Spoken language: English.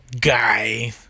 guy